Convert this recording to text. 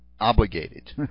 Obligated